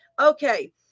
Okay